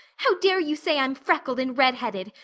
how dare you say i'm freckled and redheaded?